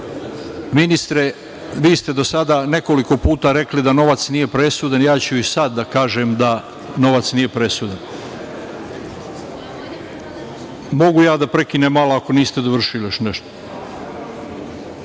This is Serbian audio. „Ministre, vi ste do sada nekoliko puta rekli da novac nije presudan“, ja ću i sad da kažem da novac nije presudan. Mogu ja da prekinem malo ako niste dovršili još nešto. Novac